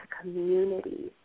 community